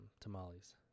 tamales